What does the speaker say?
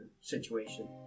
situation